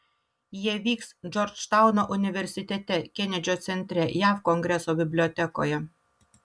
jie vyks džordžtauno universitete kenedžio centre jav kongreso bibliotekoje